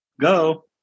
go